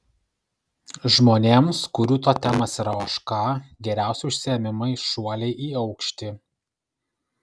žmonėms kurių totemas yra ožka geriausi užsiėmimai šuoliai į aukštį